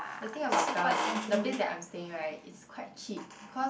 the thing about bel~ the place that I'm staying right it's quite cheap cause